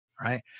right